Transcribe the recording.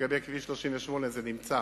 לגבי כביש 38, זה נמצא